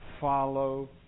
follow